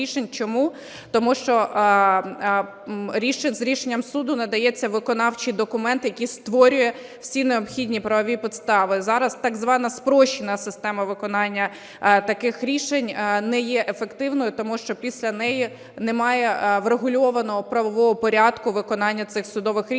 Чому? Тому що з рішенням суду надається виконавчий документ, який створює всі необхідні правові підстави. Зараз так звана спрощена система виконання таких рішень не є ефективною. Тому що після неї немає врегульованого правового порядку виконання цих судових рішень.